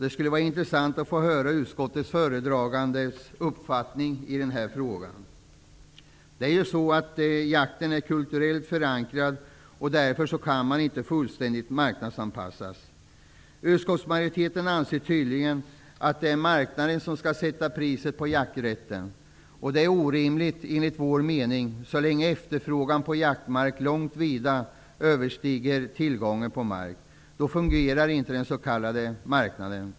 Det vore intressant att få höra utskottets föredragandes uppfattning i denna fråga. Jakten är ju kulturellt förankrad. Därför kan den inte fullständigt marknadsanpassas. Utskottsmajoriteten anser tydligen att marknaden skall sätta priset på jakträtten. Det är orimligt enligt vår mening så länge efterfrågan på jaktmark vida överstiger tillgången på mark. Då fungerar inte den s.k. marknaden.